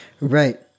Right